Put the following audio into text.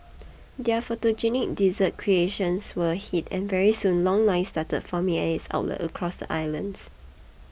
their photogenic dessert creations were a hit and very soon long lines started forming at its outlets across the islands